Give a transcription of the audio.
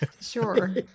Sure